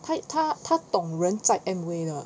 他 eh 他他懂人在 Amway 的